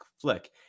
flick